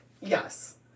Yes